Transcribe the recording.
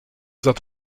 that